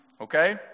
okay